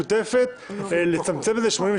בהצעת החוק הוא העתקה של הצעת חוק שוועדת חוקה